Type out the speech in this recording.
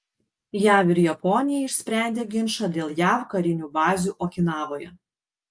jav ir japonija išsprendė ginčą dėl jav karinių bazių okinavoje